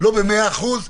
לא במאה אחוז,